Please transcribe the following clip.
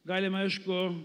galima aišku